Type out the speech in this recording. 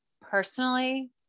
personally